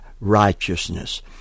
righteousness